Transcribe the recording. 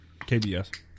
KBS